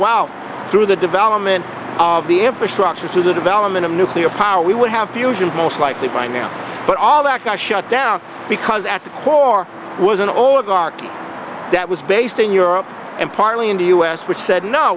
wow through the development of the infrastructure to the development of nuclear power we would have fusion most likely by now but all that got shut down because at the core was an oligarch that was based in europe and partly in the u s which said no